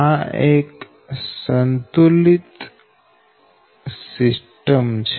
આ એક સંતુલિત સિસ્ટમ છે